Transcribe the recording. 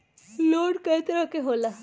Loan कय तरह के होला?